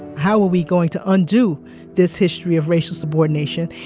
how are we going to undo this history of racial subordination?